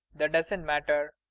that doesn't matter.